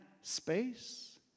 space